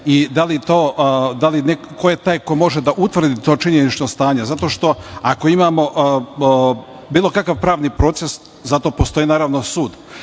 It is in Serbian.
ili ne i ko je taj ko može da utvrdi to činjenično stanje zato što, ako imamo bilo kakav pravni proces, za to imamo sud.